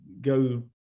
go